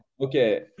Okay